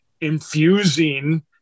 infusing